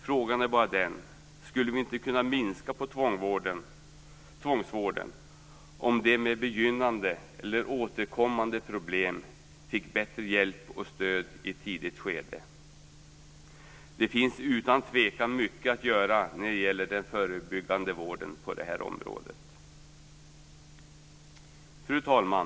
Frågan är bara om vi inte skulle kunna minska på tvångsvården om de med begynnande eller återkommande problem fick bättre hjälp och stöd i ett tidigt skede. Det finns utan tvekan mycket att göra när det gäller den förebyggande vården på det här området. Fru talman!